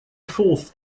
fourth